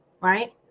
right